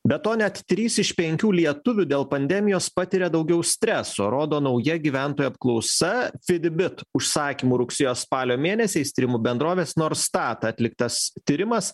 be to net trys iš penkių lietuvių dėl pandemijos patiria daugiau streso rodo nauja gyventojų apklausa fitbit užsakymu rugsėjo spalio mėnesiais tyrimų bendrovės norstat atliktas tyrimas